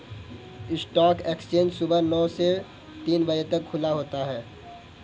stock exchange सुबह नो बजे से तीन बजे तक खुला होता है